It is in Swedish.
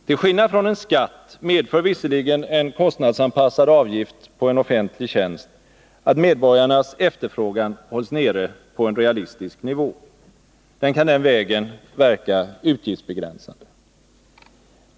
Till skillnad från en skatt medför visserligen en kostnadsanpassad avgift på en offentlig tjänst att medborgarnas efterfrågan hålls nere på en realistisk nivå: den kan den vägen verka utgiftsbegränsande.